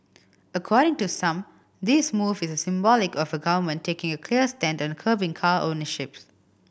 according to some this move is symbolic of a government taking a clear stand on curbing car ownership